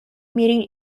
meaning